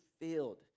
filled